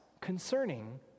concerning